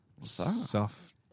soft